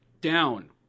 down